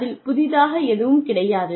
அதில் புதிதாக எதுவும் கிடையாது